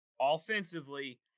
offensively